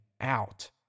out